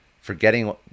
forgetting